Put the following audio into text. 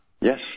Yes